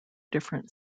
different